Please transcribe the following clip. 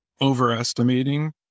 overestimating